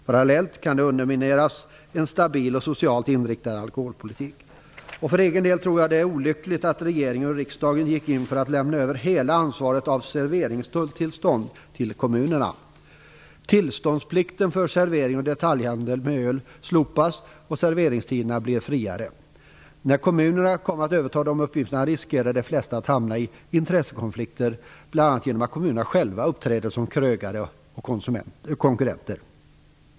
Parallellt kan en stabil och socialt inriktad alkoholpolitik undermineras. Jag tror att det vore olyckligt om regeringen och riksdagen gick in för att lämna över hela ansvaret för serveringstillstånd till kommunerna. Tillståndsplikten för servering och detaljhandel med öl skulle då slopas och serveringstiderna bli friare. Om kommunerna övertar dessa uppgifter risker de flesta att hamna i intressekonflikter bl.a. genom att kommunerna då själva uppträder som krögare och konkurrenter.